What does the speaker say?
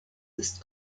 ist